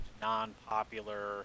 non-popular